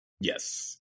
yes